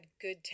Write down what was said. good